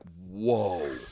whoa